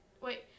Wait